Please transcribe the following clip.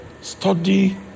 study